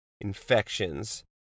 infections